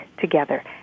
together